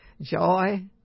Joy